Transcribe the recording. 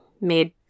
made